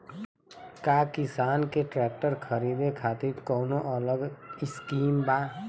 का किसान के ट्रैक्टर खरीदे खातिर कौनो अलग स्किम बा?